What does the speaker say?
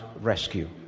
rescue